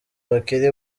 bakiri